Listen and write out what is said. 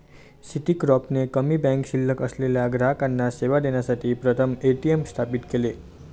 Citicorp ने कमी bank शिल्लक असलेल्या ग्राहकांना सेवा देण्यासाठी प्रथम ए.टी.एम स्थापित केले